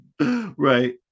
right